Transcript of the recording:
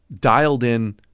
dialed-in